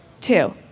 two